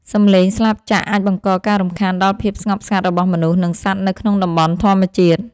សំឡេងស្លាបចក្រអាចបង្កការរំខានដល់ភាពស្ងប់ស្ងាត់របស់មនុស្ស និងសត្វនៅក្នុងតំបន់ធម្មជាតិ។